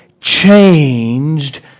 changed